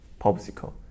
popsicle